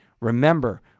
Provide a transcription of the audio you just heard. Remember